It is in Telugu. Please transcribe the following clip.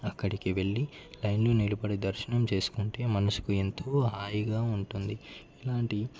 అక్కడికి వెళ్లి లైన్లో నిలబడి దర్శనం చేసుకుంటే మనసుకు ఎంతో హాయిగా ఉంటుంది ఇలాంటి